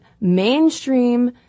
mainstream